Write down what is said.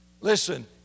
listen